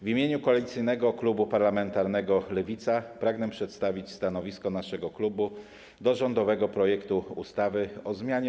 W imieniu Koalicyjnego Klubu Parlamentarnego Lewicy pragnę przedstawić stanowisko naszego klubu wobec rządowego projektu ustawy o zmianie